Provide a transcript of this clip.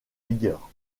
vigueur